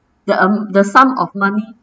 the am~ the sum of money